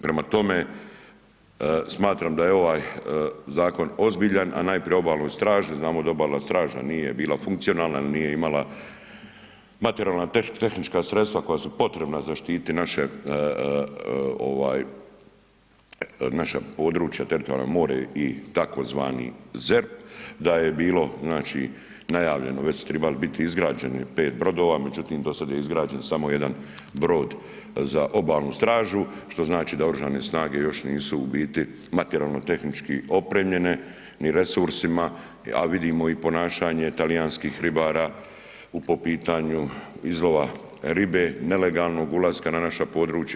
Prema tome smatram da je ovaj zakon ozbiljan, a najprije obalnoj straži, znamo da obalna straža nije bila funkcionalna, nije imala materijalno tehnička sredstva koja su potrebna zaštititi naša područja, teritorijalno more i tzv. ZERP, da je bilo najavljeno već su trebala biti izgrađeno pet brodova međutim do sada je izgrađen samo jedan brod za obalnu stražu, što znači da oružane snage još nisu u biti materijalno tehnički opremljene ni resursima, a vidimo i ponašanje talijanskih ribara po pitanju izlova ribe, nelegalnog ulaska na naša područja.